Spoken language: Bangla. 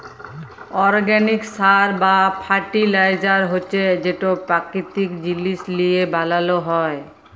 অরগ্যানিক সার বা ফার্টিলাইজার হছে যেট পাকিতিক জিলিস লিঁয়ে বালাল হ্যয়